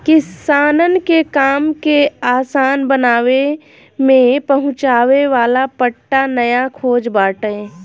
किसानन के काम के आसान बनावे में पहुंचावे वाला पट्टा नया खोज बाटे